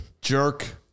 jerk